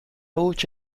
huts